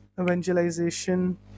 evangelization